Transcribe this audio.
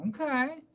Okay